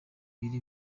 biri